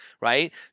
right